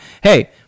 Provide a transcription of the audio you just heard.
hey